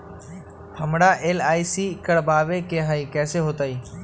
हमरा एल.आई.सी करवावे के हई कैसे होतई?